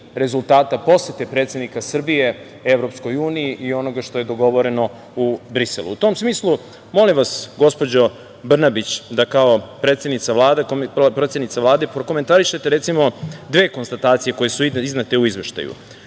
rezultata posete predsednika Srbije EU i onoga što je dogovoreno u Briselu. U tom smislu molim vas, gospođo Brnabić da kao predsednica Vlade prokomentarišete, recimo dve konstatacije koje su iznete u izveštaju. Prva,